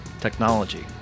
technology